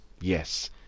Yes